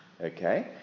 Okay